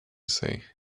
say